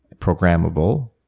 programmable